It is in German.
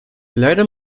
leider